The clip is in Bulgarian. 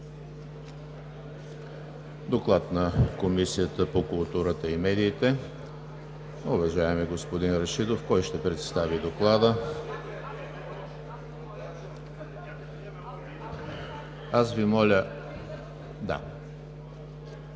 Доклад на Комисията по културата и медиите. Уважаеми господин Рашидов, кой ще представи Доклада? Заповядайте.